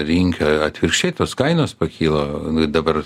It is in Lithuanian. rinka atvirkščiai tos kainos pakilo dabar